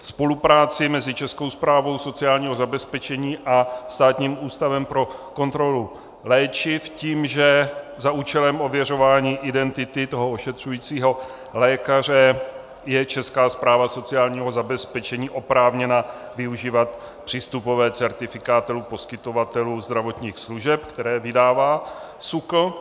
spolupráci mezi Českou správou sociálního zabezpečení a Státním ústavem pro kontrolu léčiv tím, že za účelem ověřování identity ošetřujícího lékaře je Česká správa sociálního zabezpečení oprávněna využívat přístupové certifikáty poskytovatelů zdravotních služeb, které vydává SÚKL.